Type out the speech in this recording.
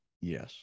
Yes